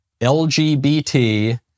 LGBT